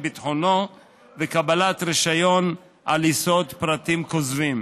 ביטחונו וקבלת רישיון על יסוד פרטים כוזבים.